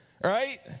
Right